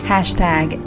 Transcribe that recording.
Hashtag